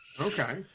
Okay